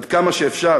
עד כמה שאפשר,